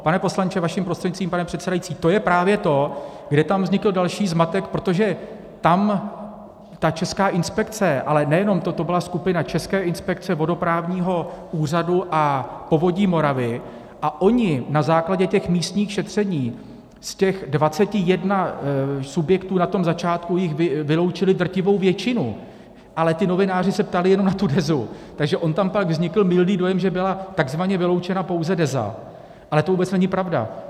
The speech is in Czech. Pane poslanče, vaším prostřednictvím, pane předsedající, to je právě to, kde tam vznikl další zmatek, protože tam ta Česká inspekce, ale nejenom ta, to byla skupina České inspekce, vodoprávního úřadu a Povodí Moravy, a oni na základě místních šetření z těch 21 subjektů na tom začátku jich vyloučili drtivou většinu, ale novináři se ptali jenom na tu Dezu, takže on tam pak vznikl mylný dojem, že byla tzv. vyloučena pouze Deza, ale to vůbec není pravda.